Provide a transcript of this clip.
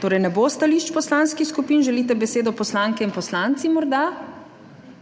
Torej ne bo stališč poslanskih skupin. Želite besedo poslanke in poslanci, morda?